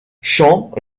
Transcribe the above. champs